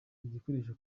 igikoresho